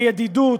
בידידות,